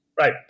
Right